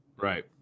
Right